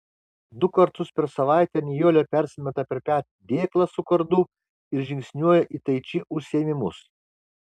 du kartus per savaitę nijolė persimeta per petį dėklą su kardu ir žingsniuoja į taiči užsiėmimus